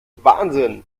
wahnsinn